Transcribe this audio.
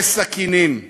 אלה סכינים,